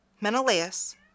Menelaus